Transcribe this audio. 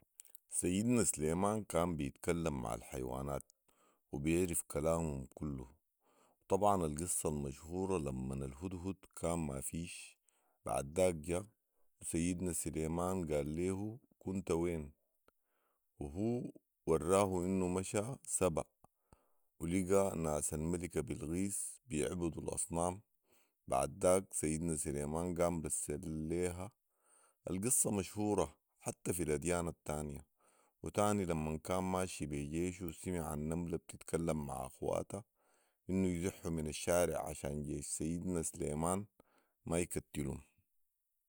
سيدنا سليمان كان بيتكلم مع الحيوانات وبيعرف كلامهم كله وطبعا القصه المشهوره لمن الهدهد كان مافيش بعداك جا و سيدنا سليمان قال ليهو كنت وين وهو وراه انه مشا سباء ولقا ناس الملكه بلقيس وبيعبدوا الاصنام بعداك سيدنا سليمان قام رسليها القصه مشهوره حتي في الاديان التانيه وتاني لمن كان ماشي بي جيشه وسمع النمله بتتكلم مع اخواتها انه يزحوا من الشارع عشان جيش سيدنا سليمان ما يكتلهم